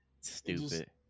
Stupid